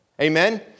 Amen